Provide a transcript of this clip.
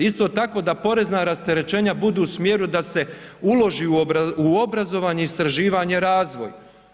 Isto tako, da porezna rasterećenja budu u smjeru da se uloži u obrazovanje, istraživanja, razvoj.